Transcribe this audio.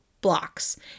Blocks